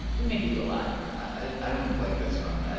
we make you do a lot i don't like this, rund. i